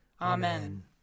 Amen